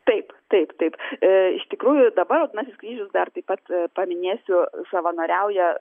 taip taip taip iš tikrųjų dabar raudonasis kryžius dar taip pat paminėsiu savanoriauja